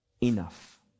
enough